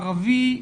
ערבי,